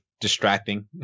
distracting